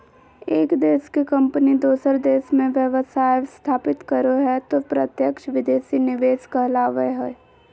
एक देश के कम्पनी दोसर देश मे व्यवसाय स्थापित करो हय तौ प्रत्यक्ष विदेशी निवेश कहलावय हय